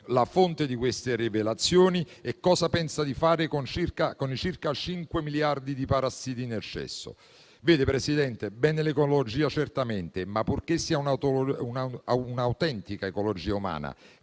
la fonte di queste rivelazioni e cosa pensa di fare con i circa cinque miliardi di parassiti in eccesso. Vede, Presidente, bene l'ecologia, certamente, purché sia un'autentica ecologia umana,